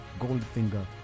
Goldfinger